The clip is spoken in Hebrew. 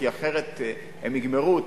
כי אחרת הן יגמרו אותן,